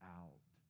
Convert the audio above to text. out